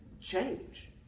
change